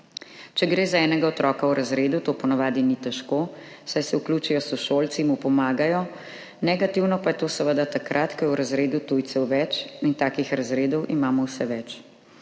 Če gre za enega otroka v razredu, to po navadi ni težko, saj se vključijo s sošolci in mu pomagajo. Negativno pa je to seveda takrat, ko je v razredu tujcev več, in takih razredov imamo vse več.